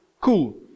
cool